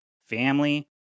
family